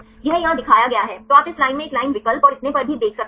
यह यहाँ दिखाया गया है तो आप इस लाइन में एक लाइन विकल्प और इतने पर भी देख सकते हैं